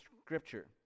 scripture